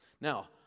Now